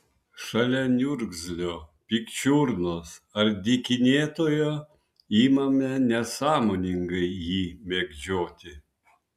šalia niurgzlio pikčiurnos ar dykinėtojo imame nesąmoningai jį mėgdžioti